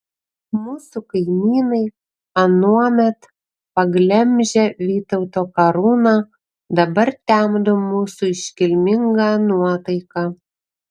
mūsų kaimynai anuomet paglemžę vytauto karūną dabar temdo mūsų iškilmingą nuotaiką